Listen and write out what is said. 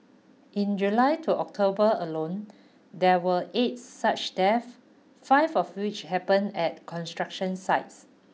in July to October alone there were eight such death five of which happened at construction sites